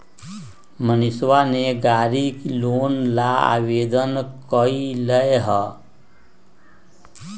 मनीषवा ने गाड़ी लोन ला आवेदन कई लय है